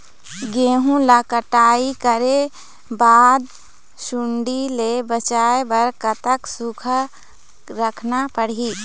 गेहूं ला कटाई करे बाद सुण्डी ले बचाए बर कतक सूखा रखना पड़ही?